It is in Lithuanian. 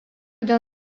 dėl